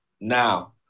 Now